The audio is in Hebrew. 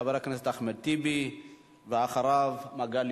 חבר הכנסת אחמד טיבי, ואחריו, מגלי